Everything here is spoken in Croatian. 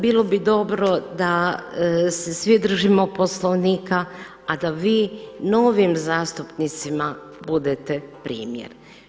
Bilo bi dobro da se svi držimo Poslovnika, a da vi novim zastupnicima budete primjer.